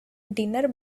dinner